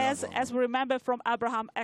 כפי שזכינו לה בהסכמי אברהם.